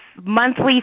monthly